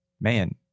Man